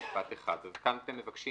כאן אתם רוצים